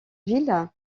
ville